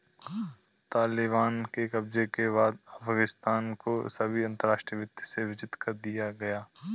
तालिबान के कब्जे के बाद अफगानिस्तान को सभी अंतरराष्ट्रीय वित्त से वंचित कर दिया गया